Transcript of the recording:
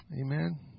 Amen